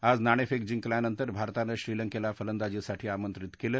आज नाणेफेक जिंकल्यानंतर भारतानं श्रीलंकेला फलंदाजीसाठी आंमत्रित केलं